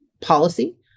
policy